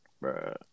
bro